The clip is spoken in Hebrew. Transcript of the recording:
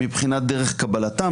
מבחינת דרך קבלתם?